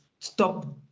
Stop